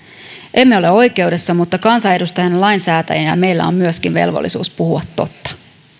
emme ole oikeudessa mutta kansanedustajina ja lainsäätäjinä myös meillä on velvollisuus puhua totta